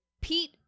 Pete